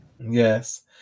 Yes